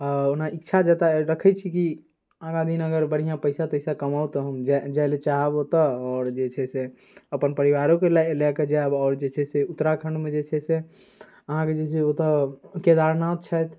ओना इच्छा रखै छी कि आगाँ दिन अगर बढ़िआँ पइसा तइसा कमाउ तऽ हम जाइ जाइलए चाहब ओतऽ आओर जे छै से अपन परिवारोके लऽ लऽ कऽ जाएब आओर जे छै से उत्तराखण्डमे जे छै से अहाँके जे छै से ओतऽ केदारनाथ छथि